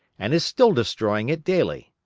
and is still destroying it daily.